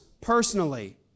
personally